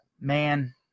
man